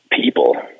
people